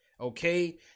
Okay